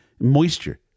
moisture